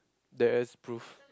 there's proof